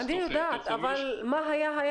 אני יודעת שאי אפשר להגיע ל-100% אבל היה יעד